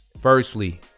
Firstly